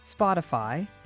Spotify